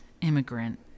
immigrant